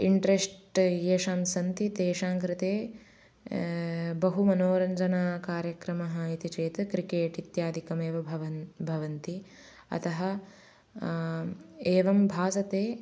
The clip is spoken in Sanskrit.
इण्ट्रेष्ट् येषां सन्ति तेषां कृते बहु मनोरञ्जनः कार्यक्रमः इति चेत् क्रिकेट् इत्यादिकमेव भवन्ति भवन्ति अतः एवं भासते